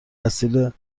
اصیل